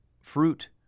fruit